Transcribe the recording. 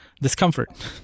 discomfort